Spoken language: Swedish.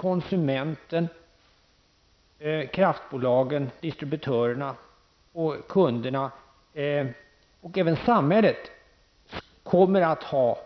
Konsumenten, kraftbolgen, distributörerna, kunderna och även samhället kommer att ha